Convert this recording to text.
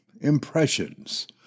impressions